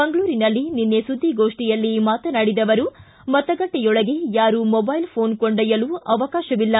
ಮಂಗಳೂರಿನಲ್ಲಿ ನಿನ್ನೆ ಸುದ್ನಿಗೋಷ್ಠಿಯಲ್ಲಿ ಮಾತನಾಡಿದ ಅವರು ಮತಗಟ್ಟೆಯೊಳಗೆ ಯಾರೂ ಮೊದ್ಯೆಲ್ ಪೋನ್ ಕೊಂಡೊಯ್ಯಲು ಅವಕಾಶವಿಲ್ಲ